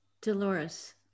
Dolores